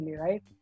right